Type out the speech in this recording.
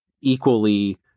equally